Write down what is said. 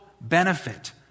benefit